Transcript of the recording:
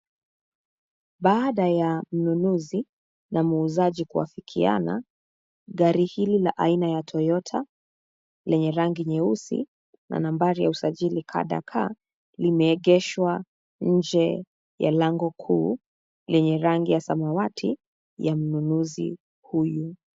Baada ya mnunuzi na muuzaji kuafikiana gari hili la aina ya toyota lenye rangi nyeusi na namba ya usajili KDK limeegeshwa nje ya lango kuu lenye rangi ya samawati ya mnunuzi huyu.